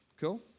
Cool